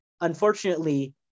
Unfortunately